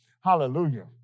hallelujah